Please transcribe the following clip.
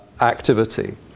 activity